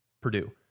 Purdue